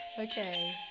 Okay